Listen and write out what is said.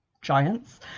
Giants